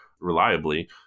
reliably